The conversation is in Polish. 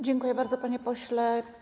Dziękuję bardzo, panie pośle.